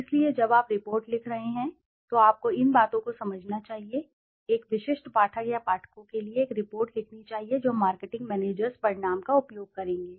इसलिए जब आप रिपोर्ट लिख रहे हैं तो आपको इन बातों को समझना चाहिए एक विशिष्ट पाठक या पाठकों के लिए एक रिपोर्ट लिखनी चाहिए जो मार्केटिंग मैनेजर्स परिणाम का उपयोग करेंगे